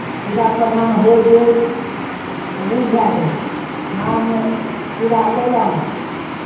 पूजा प्रधान होय गेल तऽ ओ भए गेल माघमे पूजा कयलहुँ